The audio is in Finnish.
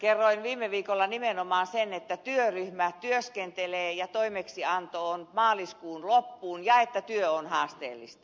kerroin viime viikolla nimenomaan sen että työryhmä työskentelee ja toimeksianto on maaliskuun loppuun ja että työ on haasteellista